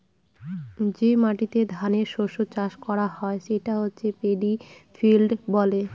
যে মাটিতে ধানের শস্য চাষ করা হয় সেটা পেডি ফিল্ড বলে